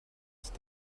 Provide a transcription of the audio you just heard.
ist